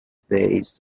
days